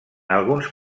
alguns